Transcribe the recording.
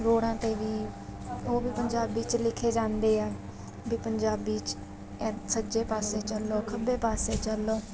ਰੋੜਾਂ 'ਤੇ ਵੀ ਉਹ ਵੀ ਪੰਜਾਬੀ 'ਚ ਲਿਖੇ ਜਾਂਦੇ ਆ ਵੀ ਪੰਜਾਬੀ 'ਚ ਸੱਜੇ ਪਾਸੇ ਚੱਲੋ ਖੱਬੇ ਪਾਸੇ ਚੱਲੋ